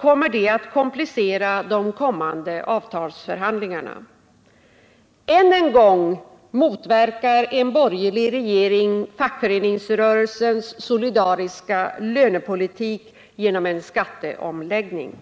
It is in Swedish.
kommer det att kompli cera de kommande avtalsförhandlingarna. Än en gång motverkar en borgerlig regering fackföreningsrörelsens solidariska lönepolitik genom en skatteomläggning.